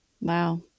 Wow